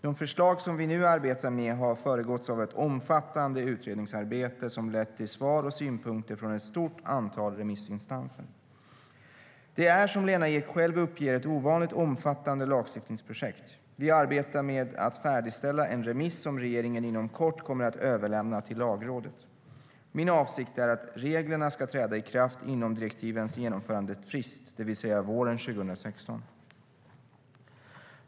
De förslag som vi nu arbetar med har föregåtts av ett omfattande utredningsarbete som lett till svar och synpunkter från ett stort antal remissinstanser. Det är som Lena Ek själv uppger ett ovanligt omfattande lagstiftningsprojekt. Vi arbetar med att färdigställa en remiss som regeringen inom kort kommer att överlämna till Lagrådet. Min avsikt är att reglerna ska träda i kraft inom direktivens genomförandefrist, det vill säga våren 2016.